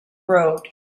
road